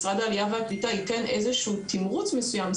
משרד העלייה והקליטה ייתן איזה שהוא תימרוץ מסויים,